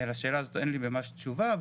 לשאלה הזאת אין לי ממש תשובה.